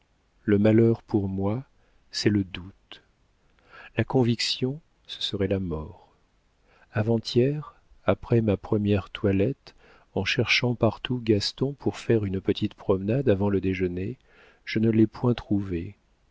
le malheur pour moi c'est le doute la conviction ce serait la mort avant-hier après ma première toilette en cherchant partout gaston pour faire une petite promenade avant le déjeuner je ne l'ai point trouvé